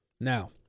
Now